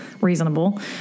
reasonable